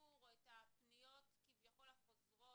פגיעה, ולא אומר איך הוא יכול להשתמש בזה.